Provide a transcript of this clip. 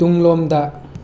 ꯇꯨꯡꯂꯣꯝꯗ